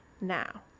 now